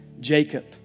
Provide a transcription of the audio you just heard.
Jacob